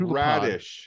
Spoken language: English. radish